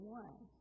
one